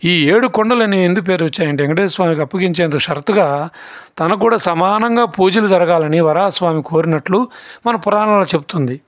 ఈ ఏడుకొండలని ఎందుకు పేరు వచ్చాయి అంటే వెంకటేశ్వర స్వామికి అప్పగించేంత షరతుగా తనకు కూడా సమానంగా పూజలు జరగాలని వరాహ స్వామి కోరినట్లు మన పురాణంలో చెప్తుంది